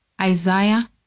Isaiah